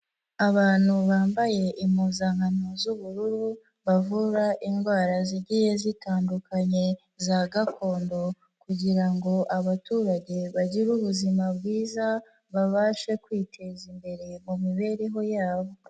Abantu bambaye impuzankano z'ubururu, bavura indwara zigiye zitandukanye za gakondo kugira ngo abaturage bagire ubuzima bwiza, babashe kwiteza imbere mu mibereho yabo.